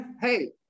Hey